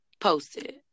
posted